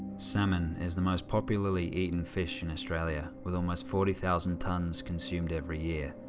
salmon is the most popularly eaten fish in australia, with almost forty thousand tonnes consumed every year.